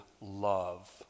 love